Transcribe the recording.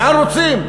לאן רוצים?